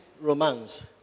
romance